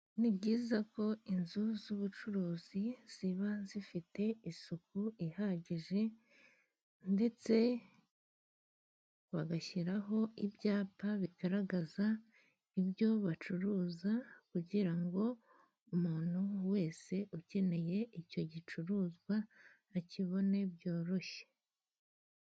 Ni byiza ko inzu z'ubucuruzi ziba zifite isuku ihagije, ndetse bagashyiraho ibyapa bigaragaza ibyo bacuruza, kugira ngo umuntu wese ukeneye icyo gicuruzwa akibone byoroshye.